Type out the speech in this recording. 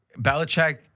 Belichick